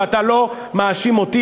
ואתה לא מאשים אותי,